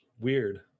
Weird